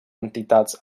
entitats